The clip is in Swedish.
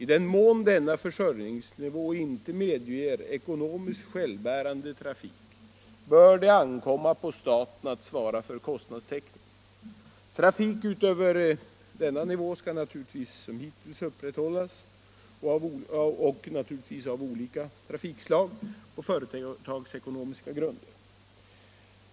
I den mån denna försörjningsnivå inte medger ekonomiskt självbärande trafik bör det ankomma på staten att svara för kostnadstäckningen. Trafik utöver denna nivå skall naturligtvis som hittills upprätthållas av olika trafikslag på företagsekonomiska grunder.